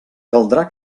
caldrà